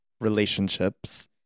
relationships